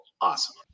awesome